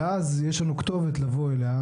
ואז יש לנו כתובת לבוא אליה